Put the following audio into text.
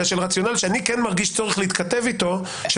אלא של רציונל שאני כן מרגיש צורך להתכתב איתו של